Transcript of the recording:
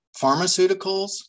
pharmaceuticals